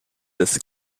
des